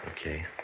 Okay